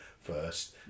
first